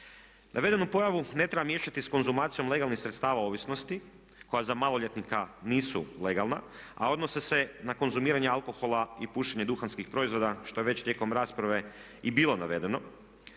Navedenu pojavu ne treba miješati s konzumacijom legalnih sredstava ovisnosti koja za maloljetnika nisu legalna a odnose se na konzumiranje alkohola i pušenje duhanskih proizvoda što je već tijekom rasprave i bilo navedeno